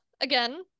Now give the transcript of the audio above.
again